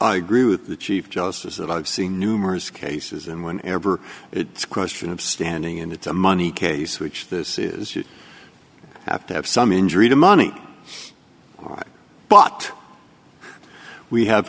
i agree with the chief justice that i've seen numerous cases and when ever it's a question of standing in it's a money case which this is apt to have some injury to money but we have